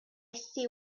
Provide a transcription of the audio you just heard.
see